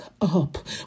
up